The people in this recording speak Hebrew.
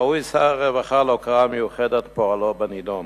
ראוי שר הרווחה להוקרה מיוחדת על פועלו בנדון.